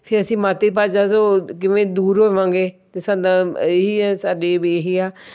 ਫਿਰ ਅਸੀਂ ਮਾਤਰ ਭਾਸ਼ਾ ਤੋਂ ਕਿਵੇਂ ਦੂਰ ਹੋਵਾਂਗੇ ਅਤੇ ਸਾਨੂੰ ਇਹੀ ਆ ਸਾਡੀ ਵੀ ਇਹੀ ਆ